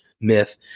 myth